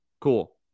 Cool